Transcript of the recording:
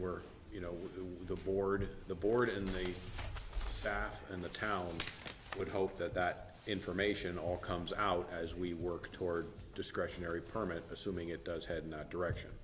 were you know the board the board in the back and the towel i would hope that that information all comes out as we work toward discretionary permit assuming it does have not direction